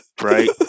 right